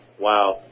Wow